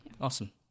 awesome